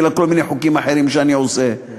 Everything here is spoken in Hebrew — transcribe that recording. בגלל כל מיני חוקים אחרים שאני עושה,